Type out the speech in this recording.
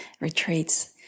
retreats